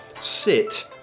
sit